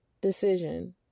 decision